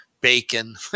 bacon